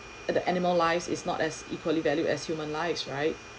at the animal lives is not as equally valued as human lives right